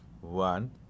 one